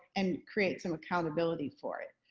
and create some accountability for it.